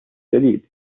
جديد